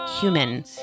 human